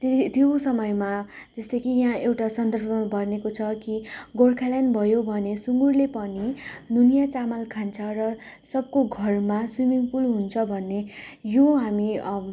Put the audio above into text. त्यो त्यो समयमा जस्तो यहाँ एउटा सन्दर्भमा भनेको छ कि गोर्खाल्यान्ड भयो भने सुँगुरले पनि नुनिया चामल खान्छ र सबको घरमा स्विमिङ पुल हुन्छ भन्ने यो हामी अब